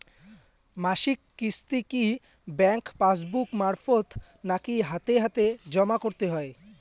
মাসিক কিস্তি কি ব্যাংক পাসবুক মারফত নাকি হাতে হাতেজম করতে হয়?